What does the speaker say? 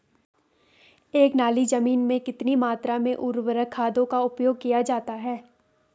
एक नाली जमीन में कितनी मात्रा में उर्वरक खादों का प्रयोग किया जाता है?